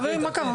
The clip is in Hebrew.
חברים, מה קרה?